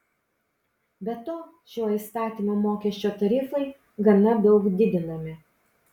be to šiuo įstatymu mokesčio tarifai gana daug didinami